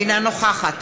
אינה נוכחת